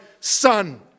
Son